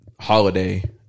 holiday